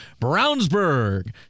Brownsburg